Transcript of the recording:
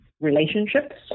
relationships